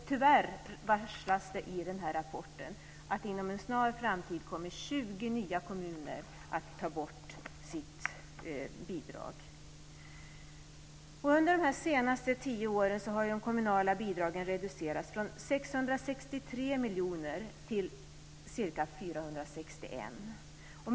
Tyvärr varslas det i den här rapporten om att ytterligare 29 kommuner inom en snar framtid kommer att ta bort sina bidrag. Under de senaste tio åren har de kommunala bidragen reducerats från 663 miljoner kronor till ca 461 miljoner.